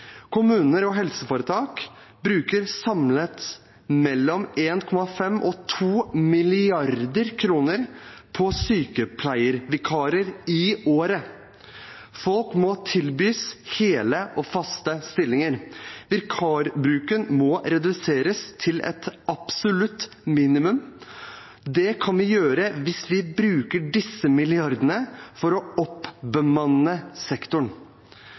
Kommuner og helseforetak bruker samlet mellom 1,5 og 2 mrd. kr på sykepleiervikarer i året. Folk må tilbys hele og faste stillinger. Vikarbruken må reduseres til et absolutt minimum. Det kan vi gjøre hvis vi bruker disse milliardene til å oppbemanne sektoren.